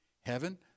heaven